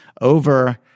over